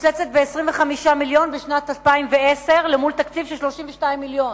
מקוצצת ב-25 מיליון בשנת 2010 מול תקציב של 32 מיליון,